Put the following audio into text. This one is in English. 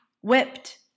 whipped